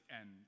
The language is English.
end